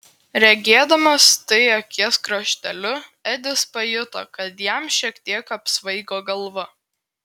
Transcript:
regėdamas tai akies krašteliu edis pajuto kad jam šiek tiek apsvaigo galva